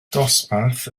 dosbarth